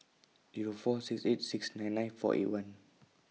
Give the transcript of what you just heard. Zero four six eight six nine nine four eight one